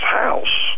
house